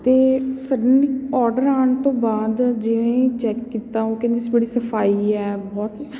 ਅਤੇ suddenly order ਆਉਣ ਤੋਂ ਬਾਅਦ ਜਿਵੇਂ ਹੀ ਚੈੱਕ ਕੀਤਾ ਉਹ ਕਹਿੰਦੇ ਸੀ ਬੜੀ ਸਫ਼ਾਈ ਆ ਬਹੁਤ